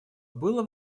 было